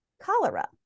cholera